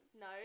No